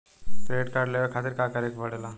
Credit card लेवे खातिर का करे के पड़ेला?